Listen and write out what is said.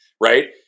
right